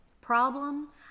problem